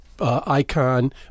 Icon